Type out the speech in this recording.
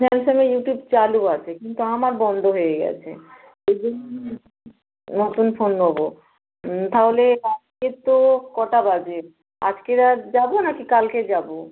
স্যামসাংয়ে YouTube চালু আছে কিন্তু আমার বন্ধ হয়ে গেছে ওই জন্যে নতুন ফোন নোবো তাহলে কবে তো কটা বাজে আজকের আর যাবো না কি কালকে যাবো